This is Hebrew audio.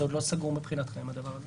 אם זה עוד לא סגור מבחינתכם הדבר הזה?